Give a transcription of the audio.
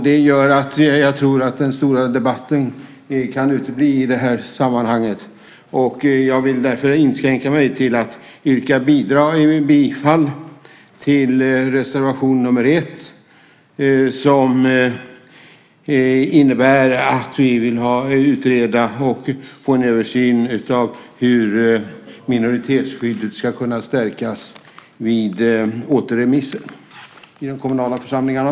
Det gör att jag tror att den stora debatten kan utebli i det här sammanhanget. Jag vill därför inskränka mig till att yrka bifall till reservation nr 1. Den innebär att vi vill utreda och få en översyn av hur minoritetsskyddet ska kunna stärkas vid återremisser i de kommunala församlingarna.